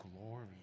glory